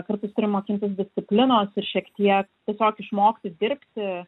kartu turim mokintis disciplinos ir šiek tiek tiesiog išmokti dirbti